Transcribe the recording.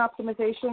optimization